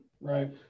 Right